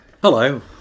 Hello